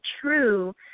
true